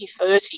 2030